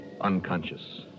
unconscious